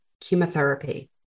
chemotherapy